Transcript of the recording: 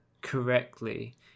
correctly